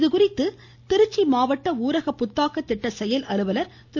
இதுகுறித்து திருச்சி மாவட்ட ஊரக புத்தாக்க திட்ட செயல் அலுவலர் திரு